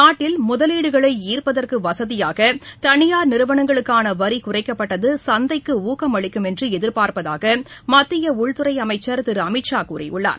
நாட்டில் முதலீடுகளை ஈர்ப்பதற்கு வசதியாக தனியார் நிறுவனங்களுக்கான வரி குறைக்கப்பட்டது சந்தைக்கு ஊக்கமளிக்கும் என்று எதிர்பார்ப்பதாக மத்திய உள்துறை அமைச்சர் திரு அமித் ஷா கூறியுள்ளார்